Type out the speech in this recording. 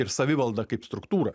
ir savivaldą kaip struktūrą